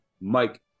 Mike